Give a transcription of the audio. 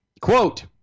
Quote